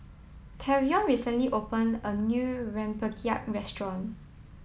tavion recently opened a new rempeyek restaurant